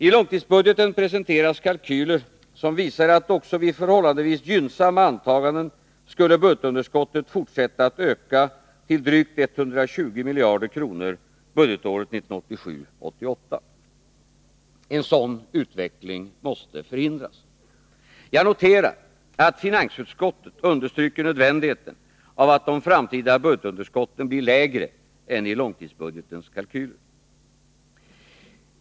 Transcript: I långtidsbudgeten presenteras kalkyler som visar att budgetunderskottet även vid förhållandevis gynnsamma antaganden skulle fortsätta att öka till drygt 120 miljarder kronor budgetåret 1987/88. En sådan utveckling måste förhindras. Jag noterar att finansutskottet understryker nödvändigheten av att de framtida budgetunderskotten blir lägre än i långtidsbudgetens kalkyler.